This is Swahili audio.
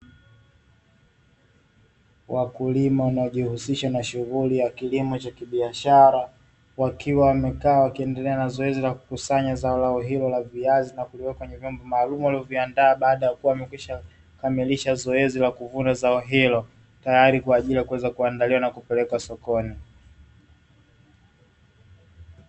Wakulima wanaojihusisha na shughuli za kilimo cha biashara, wakiwa wamekaa wakiendelea na zoezi la kukusanya zao lao hilo la viazi na kuviweka kwenye vyombo maalumu walivyokwisha kuviandaa baada ya kukamilisha zoezi la kuvuna zao hilo; tayari kwa ajili ya kupelekwa sokoni.